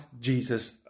Jesus